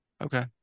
okay